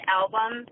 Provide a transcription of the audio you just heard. album